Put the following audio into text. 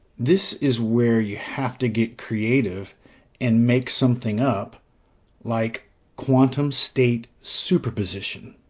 this is where you have to get creative and make something up like quantum state superposition.